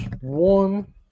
one